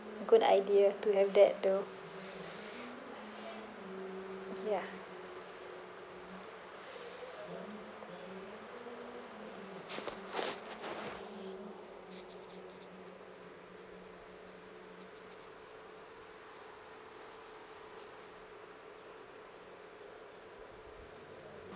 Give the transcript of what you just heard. good idea to have that though ya